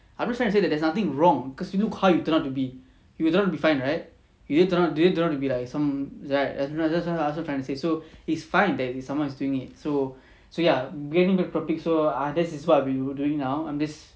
I'm just trying to say that there's nothing wrong cause you look how you turn out to be you turn out to be fine right you didn't turn out didn't turn out to be like some like that's what I'm trying to say so it's fine that someone is doing it so so ya getting back to topic so err this is what we were doing now I'm just